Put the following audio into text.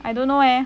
I don't know eh